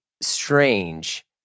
strange